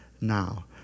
now